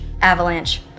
Avalanche